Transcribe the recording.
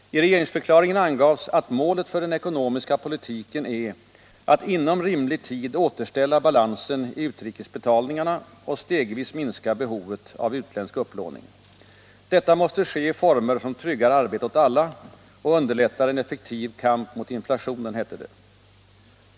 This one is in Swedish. I regeringsförklaringen angavs att målet för den ekonomiska politiken är ”att inom rimlig tid återställa balansen i utrikesbetalningarna och stegvis minska behovet av utländsk upplåning. Det måste ske i former som tryggar arbete åt alla och underlättar en effektiv kamp mot inflationen”, hette det.